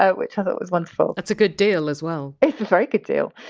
ah which i thought was wonderful. it's a good deal as well. it's a very good deal.